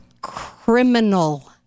criminal